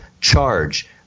charge